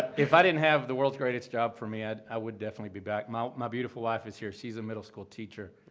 if i didn't have the world's greatest job for me, i would definitely be back. my my beautiful wife is here, she's a middle school teacher,